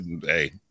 hey